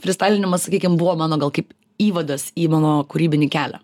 frystailinimas sakykim buvo mano gal kaip įvadas į mano kūrybinį kelią